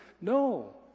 No